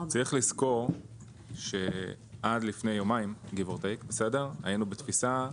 צריך לזכור שעד לפני יומיים היינו בתפיסה,